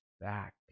back